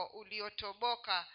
uliotoboka